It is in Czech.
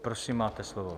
Prosím, máte slovo.